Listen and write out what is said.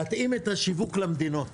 להתאים את השיווק למדינות.